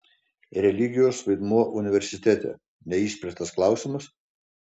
religijos vaidmuo universitete neišspręstas klausimas